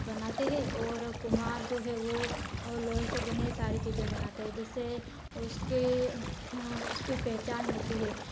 बनाते हैं और कुम्हार जो है वो लोहे से बने सारी चीजें बनाता है जिससे उसके उसकी पहचान होती है